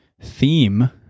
theme